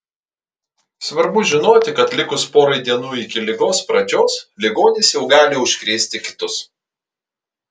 svarbu žinoti kad likus porai dienų iki ligos pradžios ligonis jau gali užkrėsti kitus